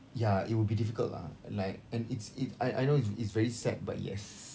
ya it will be difficult lah and like and it's it I I know it's it's very sad but yes